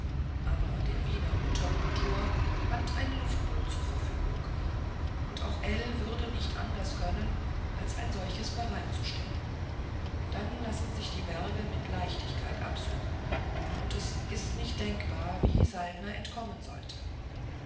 aber der wiener unterkultor hat ein luftboot zur verfügung und auch ell würde nicht anders können als ein solches bereitzustellen dann lassen sich die berge mit leichtigkeit absuchen und es ist nicht denkbar wie saltner entkommen sollte